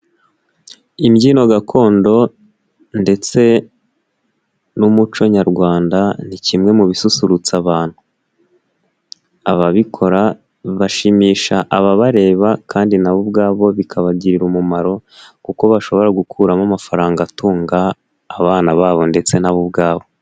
Imbyino gakondo ndetse n'umuco nyarwanda ni kimwe mu bisusurutsa abantu. Ababikora bashimisha ababareba kandi nabo ubwabo bikabagirira umumaro kuko bashobora gukuramo amafaranga atunga abana babo ndetse na bo ubwabo.